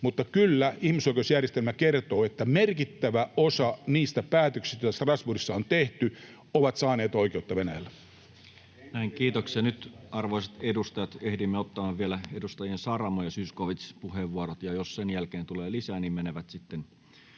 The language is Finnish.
mutta kyllä ihmisoikeusjärjestelmä kertoo, että merkittävä osa niistä päätöksistä, jotka Strasbourgissa on tehty, on saanut oikeutta Venäjällä. Näin, kiitoksia. — Nyt, arvoisat edustajat, ehdimme ottaa vielä edustajien Saramo ja Zyskowicz puheenvuorot, ja jos sen jälkeen tulee lisää, niin ne menevät sitten